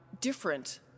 different